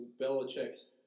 Belichick's